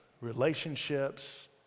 relationships